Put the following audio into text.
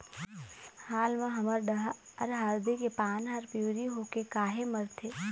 हाल मा हमर डहर हरदी के पान हर पिवरी होके काहे मरथे?